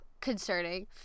concerning